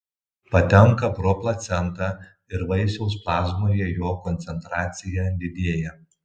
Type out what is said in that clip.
patenka pro placentą ir vaisiaus plazmoje jo koncentracija didėja